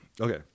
Okay